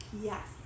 yes